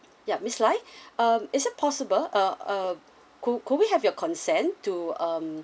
ya miss lai um is that possible uh uh could could we have your consent to um